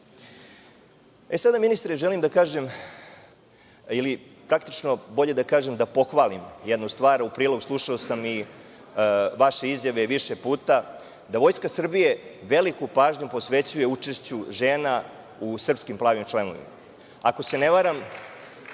sada, ministre, želim da kažem ili, bolje da kažem, da pohvalim jednu stvar u prilog. Slušao sam i vaše izjave više puta, da Vojska Srbije veliku pažnju posvećuje učešću žena u srpskim „plavim šlemovima“. Ako se ne varam,